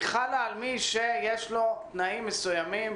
היא חלה על מי שיש לו תנאים מסוימים,